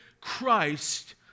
Christ